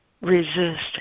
resist